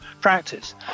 practice